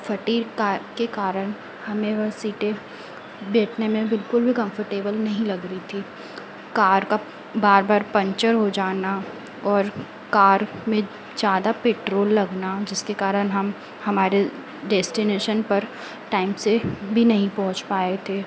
फटी कार के कारण हमें वह सीटें बैठने में बिल्कुल भी कम्फ़र्टेबल नहीं लग रही थी कार का बार बार पंचर हो जाना और कार में ज़्यादा पेट्रोल लगना जिसके कारण हम हमारे डेस्टिनेशन पर टाइम से भी नहीं पहुँच पाए थे